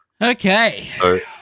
Okay